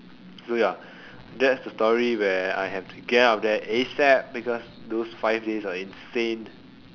so ya that's the story where I have to get out of there ASAP because those five days are insane